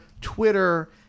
Twitter